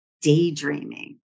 daydreaming